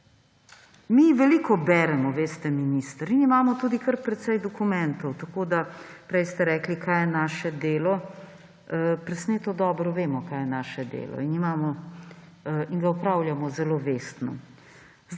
Mi veliko beremo, veste, minister, in imamo tudi kar precej dokumentov. Prej ste rekli, kaj je naše delo. Presneto dobro vemo, kaj je naše delo, in ga opravljamo zelo vestno.